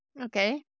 Okay